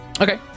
Okay